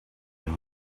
and